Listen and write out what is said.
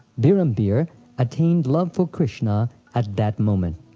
birhambir attained love for krishna at that moment.